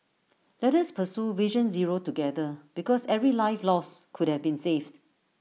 let us pursue vision zero together because every life lost could have been saved